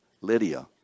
Lydia